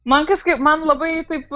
man kažkaip man labai taip